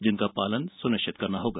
जिनका पालन सुनिश्चित करना होगा